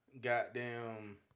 goddamn